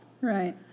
right